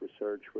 research